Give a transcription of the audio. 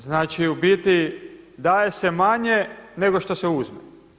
Znači u biti daje se manje nego što se uzme.